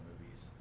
movies